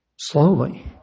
Slowly